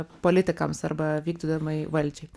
politikams arba vykdomajai valdžiai